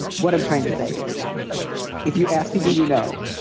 what i'm trying to say is if you ask people, you know,